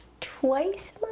Twice